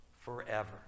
forever